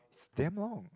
is damn long